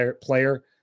player